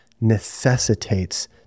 necessitates